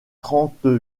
trente